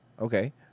Okay